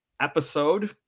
episode